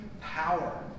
power